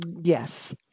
Yes